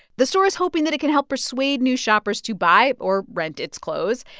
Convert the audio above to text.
the store is hoping that it can help persuade new shoppers to buy or rent its clothes,